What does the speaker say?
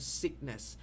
sickness